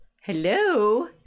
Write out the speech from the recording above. Hello